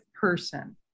person